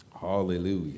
Hallelujah